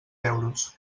euros